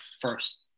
first